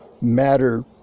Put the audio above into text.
Matter